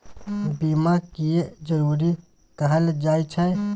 बीमा किये जरूरी कहल जाय छै?